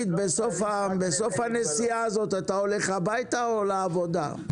בסוף הנסיעה הזאת אתה הולך הביתה או לעבודה?